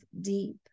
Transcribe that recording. deep